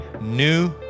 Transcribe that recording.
new